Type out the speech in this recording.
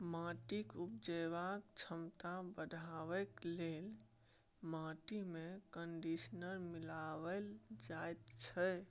माटिक उपजेबाक क्षमता बढ़ेबाक लेल माटिमे कंडीशनर मिलाएल जाइत छै